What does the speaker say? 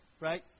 right